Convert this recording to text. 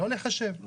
לא לחשב.